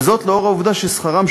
וזאת לאור העובדה ששכרן,